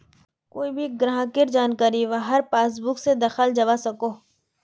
कोए भी ग्राहकेर जानकारी वहार पासबुक से दखाल जवा सकोह